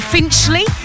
Finchley